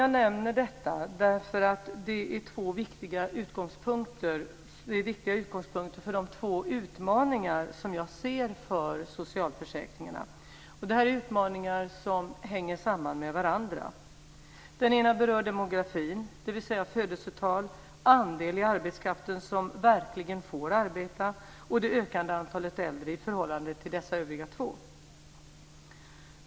Jag nämner detta därför att det finns två viktiga utgångspunkter för de två utmaningar som jag ser för socialförsäkringarna. Det är utmaningar som hänger samman med varandra. Den ena utmaningen berör demografin, dvs. födelsetal, andelen i arbetskraften som verkligen får arbeta och det ökande antalet äldre i förhållande till dessa övriga två.